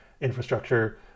infrastructure